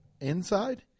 inside